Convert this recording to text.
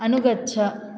अनुगच्छ